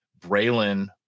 Braylon